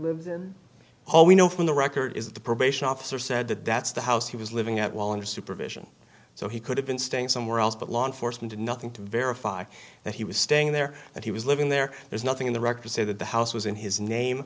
house all we know from the record is the probation officer said that that's the house he was living at while under supervision so he could have been staying somewhere else but law enforcement and nothing to verify that he was staying there that he was living there there's nothing in the record say that the house was in his name